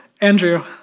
Andrew